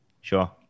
Sure